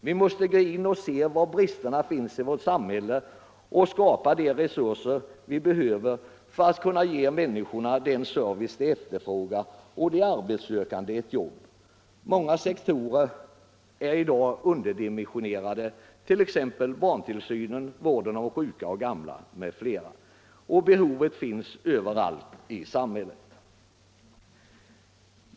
Vi måste undersöka var bristerna finns i vårt samhälle och skapa de resurser vi behöver för att kunna ge människorna den service de efterfrågar och de arbetssökande jobb. Många sektorer är i dag underdimensionerade, t.ex. barntillsynen, vården om sjuka och gamla. Behoven finns överallt i samhället.